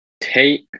Take